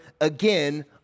again